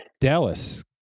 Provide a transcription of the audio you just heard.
Dallas